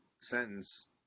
sentence